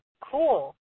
Cool